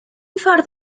ffordd